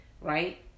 right